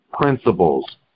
principles